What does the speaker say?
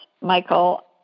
Michael